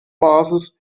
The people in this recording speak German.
basis